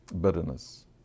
bitterness